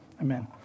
Amen